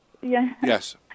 Yes